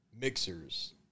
Mixers